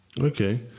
Okay